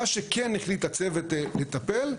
מה שכן החליט הצוות לטפל,